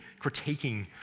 critiquing